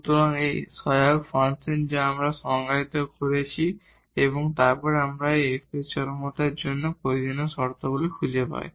সুতরাং এই সহায়ক ফাংশন যা আমরা সংজ্ঞায়িত করি এবং তারপর আমরা এই F এর চরমতার জন্য প্রয়োজনীয় শর্তগুলি খুঁজে পাই